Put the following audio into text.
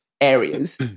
areas